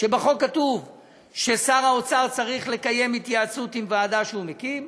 שבחוק כתוב ששר האוצר צריך לקיים התייעצות עם ועדה שהוא מקים,